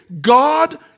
God